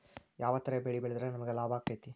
ಯಾವ ತರ ಬೆಳಿ ಬೆಳೆದ್ರ ನಮ್ಗ ಲಾಭ ಆಕ್ಕೆತಿ?